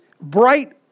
bright